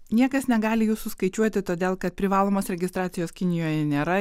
niekas negali jų suskaičiuoti todėl kad privalomos registracijos kinijoje nėra